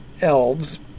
elves